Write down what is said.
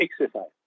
exercise